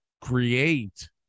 create